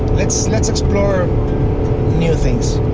let's let's explore new things.